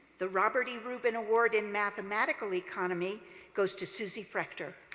the robert e. reuben award in mathematical economy goes to susie frechter.